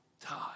time